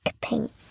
pink